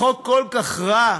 החוק כל כך רע,